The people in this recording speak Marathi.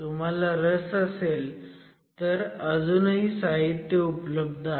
तुम्हाला रस असेल तर अजूनही साहित्य उपलब्ध आहे